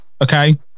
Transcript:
okay